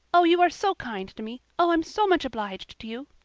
oh, you are so kind to me. oh, i'm so much obliged to you.